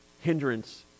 hindrance